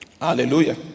Hallelujah